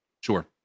sure